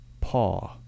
Paw